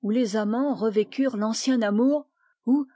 où les amants revécurent l'ancien amour où